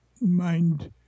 mind